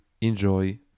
enjoy